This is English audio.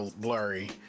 blurry